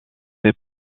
est